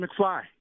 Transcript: McFly